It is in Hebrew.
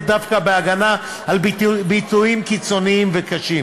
דווקא בהגנה על ביטויים קיצוניים וקשים